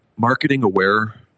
marketing-aware